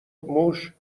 موش